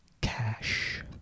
cash